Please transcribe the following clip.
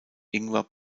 ingwer